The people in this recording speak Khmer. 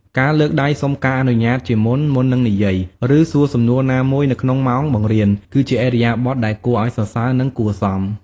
ការ លើកដៃសុំការអនុញ្ញាតជាមុន មុននឹងនិយាយ ឬសួរសំណួរណាមួយនៅក្នុងម៉ោងបង្រៀន គឺជាឥរិយាបថដែលគួរឱ្យសរសើរ និងគួរសម។